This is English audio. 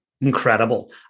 Incredible